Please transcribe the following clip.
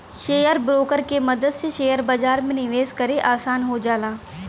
share broker के मदद से शेयर बाजार में निवेश करे आसान हो जाला